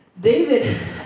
David